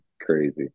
Crazy